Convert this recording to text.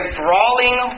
brawling